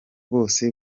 bose